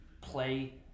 play